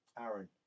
Aaron